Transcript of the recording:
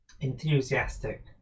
enthusiastic